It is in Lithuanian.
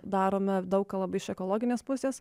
darome daug ką labai iš ekologinės pusės